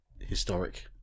historic